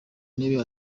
ntebe